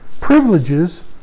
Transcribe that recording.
privileges